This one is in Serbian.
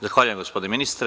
Zahvaljujem, gospodine ministre.